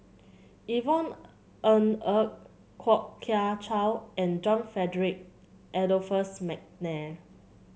Yvonne Ng Uhde Kwok Kian Chow and John Frederick Adolphus McNair